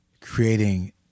creating